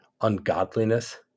ungodliness